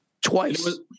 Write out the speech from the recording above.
Twice